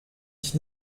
ich